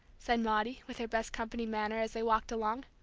said maudie, with her best company manner, as they walked along.